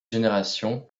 générations